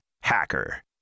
Hacker